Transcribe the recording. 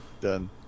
done